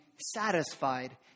satisfied